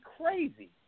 crazy